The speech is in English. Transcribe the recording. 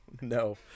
No